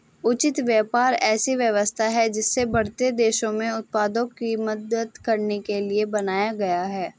उचित व्यापार ऐसी व्यवस्था है जिसे बढ़ते देशों में उत्पादकों की मदद करने के लिए बनाया गया है